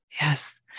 yes